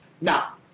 Now